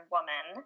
Woman